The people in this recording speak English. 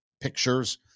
pictures